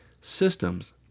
systems